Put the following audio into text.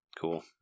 Cool